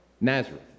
Nazareth